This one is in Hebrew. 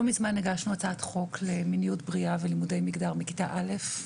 לא מזמן הגשנו הצעת חוק למיניות בריאה ולימודי מגדר מכיתה א'.